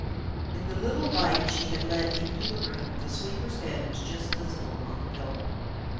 in the little light she had let into the room, the sleeper's head was just visible on the pillow.